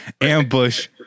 ambush